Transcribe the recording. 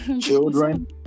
children